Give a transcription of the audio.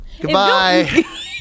Goodbye